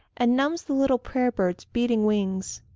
and numbs the little prayer-bird's beating wings.